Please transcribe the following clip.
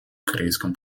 корейском